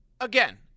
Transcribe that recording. Again